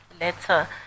letter